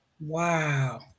Wow